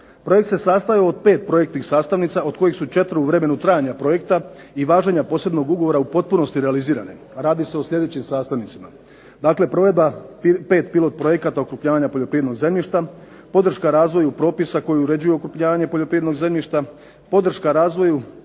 Projekt se sastoji od 5 projektnih sastavnica, od kojih su 4 u vremenu trajanja projekta, i važenja posebnog ugovora u potpunosti realizirane, a radi se o sljedećim sastavnicama. Dakle provedba 5 pilot projekata okrupnjavanja poljoprivrednog zemljišta, podrška razvoju propisa koji uređuju okrupnjavanje poljoprivrednog zemljišta, podrška razvoju